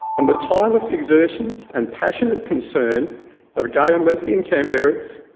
and the tireless exertions and passionate concern of gay and lesbian canberrans,